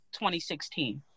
2016